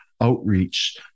outreach